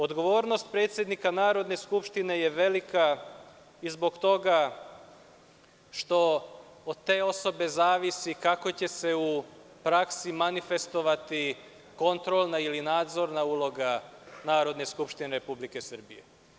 Odgovornost predsednika Narodne skupštine je velika i zbog toga što od te osobe zavisi kako će se u praksi manifestovati kontrolna ili nadzorna uloga Narodne skupštine Republike Srbije.